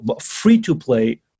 free-to-play